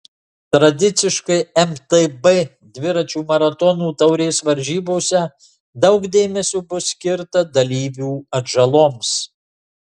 tradiciškai mtb dviračių maratonų taurės varžybose daug dėmesio bus skirta dalyvių atžaloms